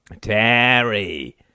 Terry